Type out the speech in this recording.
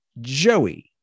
Joey